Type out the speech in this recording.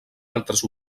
altres